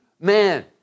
man